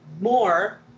more